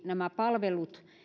nämä palvelut